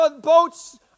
boats